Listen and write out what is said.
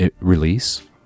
release